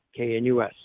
KNUS